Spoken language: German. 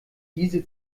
diese